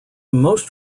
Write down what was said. most